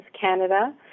Canada